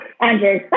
Andrew